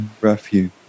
Refuge